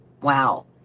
Wow